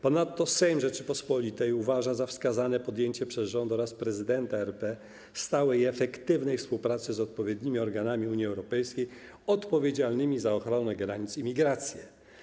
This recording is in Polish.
Ponadto Sejm Rzeczypospolitej uważa za wskazane podjęcie przez rząd oraz prezydenta RP stałej i efektywnej współpracy z odpowiednimi organami Unii Europejskiej odpowiedzialnymi za ochronę granic i migracje.